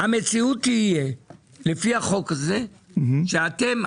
המציאות תהיה לפי החוק הזה שאתם,